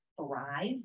Thrive